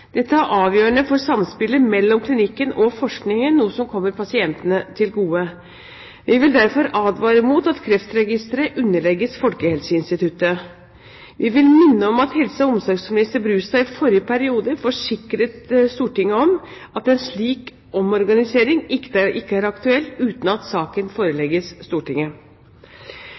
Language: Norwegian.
Dette er avgjørende for samspillet mellom klinikken og forskningen, noe som kommer pasientene til gode. Vi vil derfor advare mot at Kreftregisteret underlegges Folkehelseinstituttet. Vi vil minne om at helse- og omsorgsminister Brustad i forrige periode forsikret Stortinget om at en slik omorganisering ikke er aktuell uten at saken forelegges Stortinget.